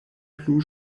plu